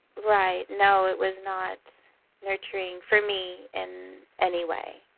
right. no, it was not nurturing for me in any way.